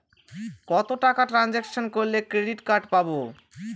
কত টাকা ট্রানজেকশন করলে ক্রেডিট কার্ড পাবো?